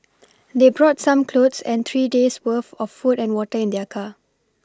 they brought some clothes and three days' worth of food and water in their car